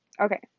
Okay